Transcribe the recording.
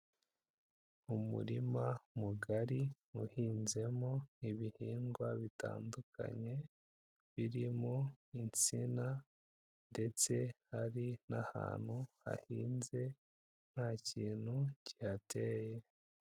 Umurima mugari, uhinzemo ibihingwa bitandukanye, birimo insina ndetse hari n'ahantu hahinze nta kintu kihateye.